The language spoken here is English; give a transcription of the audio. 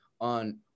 on